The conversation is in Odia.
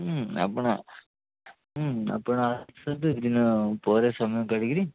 ହୁଁ ଆପଣ ହୁଁ ଆପଣ ଆସନ୍ତୁ ଦିନ ପରେ ସମୟ କାଢ଼ିକିରି